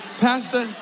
Pastor